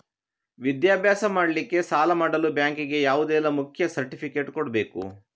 ವಿದ್ಯಾಭ್ಯಾಸ ಮಾಡ್ಲಿಕ್ಕೆ ಸಾಲ ಮಾಡಲು ಬ್ಯಾಂಕ್ ಗೆ ಯಾವುದೆಲ್ಲ ಮುಖ್ಯ ಸರ್ಟಿಫಿಕೇಟ್ ಕೊಡ್ಬೇಕು?